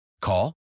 Call